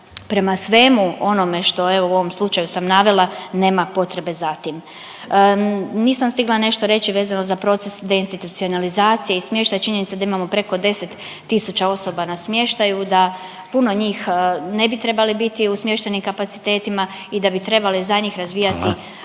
prema svemu onome što evo u ovom slučaju sam navela, nema potrebe za tim. Nisam stigla nešto reći vezano za proces deinstitucionalizacije i smještaja. Činjenica da imamo preko 10 tisuća osoba na smještaju, da puno njih ne bi trebali biti u smještajnim kapacitetima i da bi trebali za njih razvijati